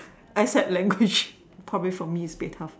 except language probably for me it's a bit tough